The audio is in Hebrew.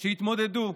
שיתמודדו.